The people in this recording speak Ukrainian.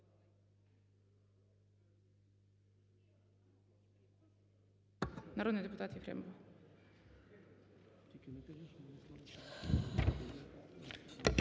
Народний депутат Єфремова.